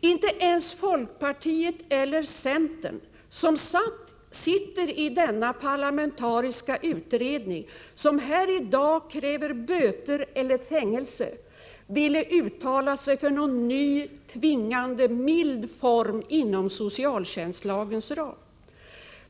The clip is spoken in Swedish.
Inte ens folkpartiets eller centerns representanter i denna parlamentariska utredning, vilka i dag kräver böter eller fängelse, ville uttala sig för någon ny tvingande, mild form inom socialtjänstlagens ram.